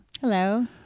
Hello